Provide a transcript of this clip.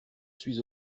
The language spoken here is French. suis